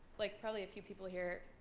like probably a few people here,